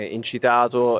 incitato